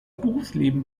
berufsleben